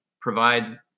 provides